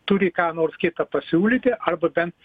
turi ką nors kitą pasiūlyti arba bent